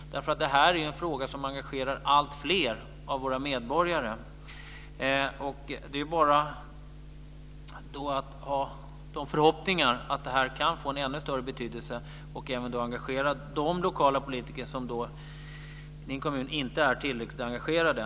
Det är ju en fråga som engagerar alltfler av våra medborgare. Man kan bara ha förhoppningen att det kan få en ännu större betydelse, och även engagera de lokala politiker i en kommun som inte är tillräckligt engagerade.